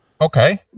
Okay